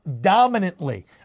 dominantly